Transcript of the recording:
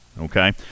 Okay